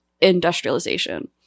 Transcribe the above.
industrialization